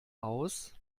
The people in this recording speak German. aus